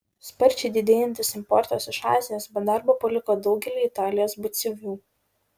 sparčiai didėjantis importas iš azijos be darbo paliko daugelį italijos batsiuvių